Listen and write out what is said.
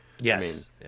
Yes